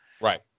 Right